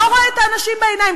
לא רואה את האנשים בעיניים.